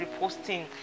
reposting